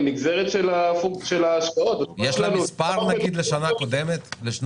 היא נגזרת של ההשקעות --- יש לה מספר נגיד לשנת 2020?